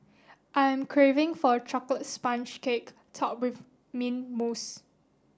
I am craving for a chocolate sponge cake topped with mint mousse